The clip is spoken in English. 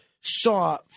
saw